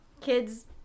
kids